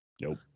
nope